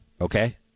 okay